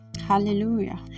Hallelujah